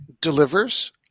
delivers